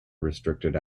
restricted